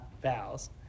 vowels